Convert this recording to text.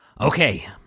okay